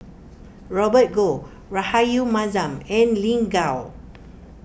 Robert Goh Rahayu Mahzam and Lin Gao